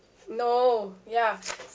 no ya